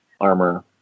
armor